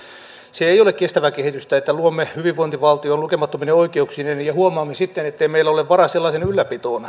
se ei ole kestävää kehitystä että luomme hyvinvointivaltion lukemattomine oikeuksineen ja huomaamme sitten ettei meillä ole varaa sellaisen ylläpitoon